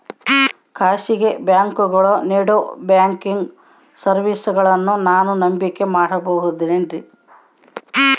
ಖಾಸಗಿ ಬ್ಯಾಂಕುಗಳು ನೇಡೋ ಬ್ಯಾಂಕಿಗ್ ಸರ್ವೇಸಗಳನ್ನು ನಾನು ನಂಬಿಕೆ ಮಾಡಬಹುದೇನ್ರಿ?